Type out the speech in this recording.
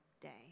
day